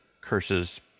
curses